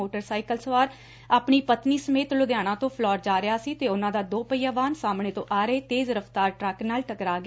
motorcycle ਸਵਾਰ ਆਪਣੀ ਪਤਨੀ ਸਮੇਤ ਲੁਧਿਆਣਾ ਤੋਂ ਫਿਲੌਰ ਜਾ ਰਿਹਾ ਸੀ ਤੇ ਉਨਾਂ ਦਾ ਦੋ ਪਹਿਆ ਵਾਹਨ ਸਾਹਮਣੇ ਤੋਂ ਆ ਰਹੇ ਤੇਜ ਰਫਤਾਰ ਟਰੱਕ ਨਾਲ ਟਕਰਾ ਗਿਆ